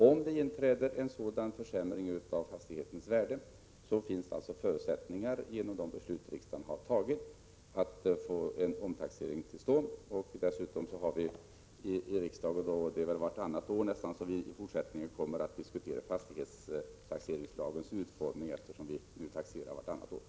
Om det inträder en sådan försämring av fastighetens värde finns det, genom de beslut riksdagen har tagit, förutsättningar att få en omtaxering till stånd.